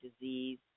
disease